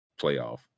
playoff